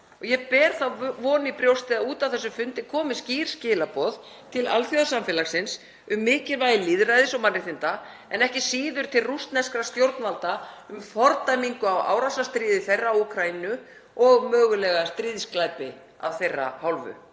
Ég ber þá von í brjósti að út af þessum fundi komi skýr skilaboð til alþjóðasamfélagsins um mikilvægi lýðræðis og mannréttinda en ekki síður til rússneskra stjórnvalda um fordæmingu á árásarstríði þeirra á Úkraínu og mögulega stríðsglæpi af þeirra hálfu.